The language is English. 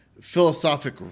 philosophic